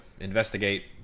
investigate